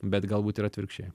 bet galbūt ir atvirkščiai